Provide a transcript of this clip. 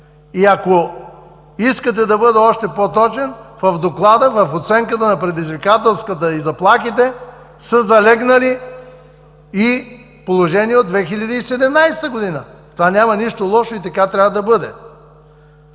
г. Ако искате да бъда още по-точен, в доклада, в оценката на предизвикателствата и заплахите са залегнали и положения от 2017 г. В това няма нищо лошо и така трябва да бъде.